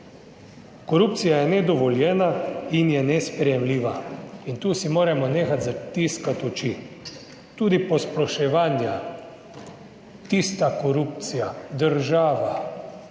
Korupcija je nedovoljena in je nesprejemljiva in tu si moramo nehati zatiskati oči. Tudi posploševanja, tista korupcija, država,